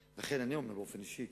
אני אומר את זה באופן אישי,